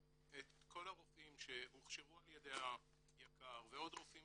את כל הרופאים שהוכשרו על ידי היק"ר ועוד רופאים